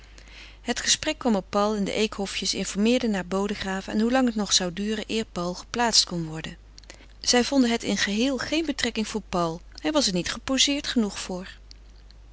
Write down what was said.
het gesprek kwam op paul en de eekhofjes informeerden naar bodegraven en hoe lang het nog zou duren eer paul geplaatst kon worden zij vonden het in het geheel geen betrekking voor paul hij was er niet geposeerd genoeg voor